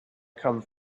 come